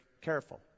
careful